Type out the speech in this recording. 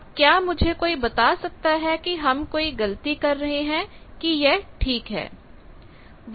अब क्या मुझे कोई बता सकता है कि हम कोई गलती कर रहे हैं कि यह ठीक है